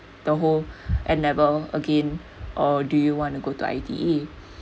the whole N level again or do you want to go to I_T_E